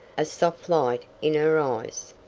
a soft light in her eyes.